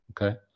Okay